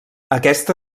aquesta